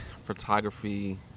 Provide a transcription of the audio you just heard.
photography